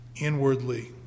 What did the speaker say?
inwardly